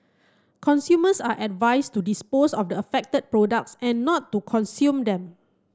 consumers are advised to dispose of the affected products and not to consume them